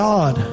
God